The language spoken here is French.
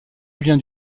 julien